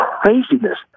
craziness